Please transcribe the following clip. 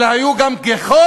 אלא היו גם גיחות